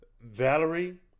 Valerie